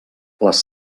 les